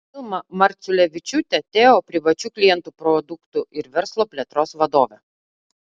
vilma marciulevičiūtė teo privačių klientų produktų ir verslo plėtros vadovė